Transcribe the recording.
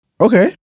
Okay